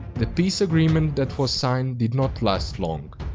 the peace agreement that was signed did not last long.